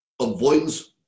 avoidance